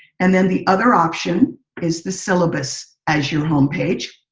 and then the other option is the syllabus as your home page.